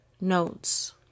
notes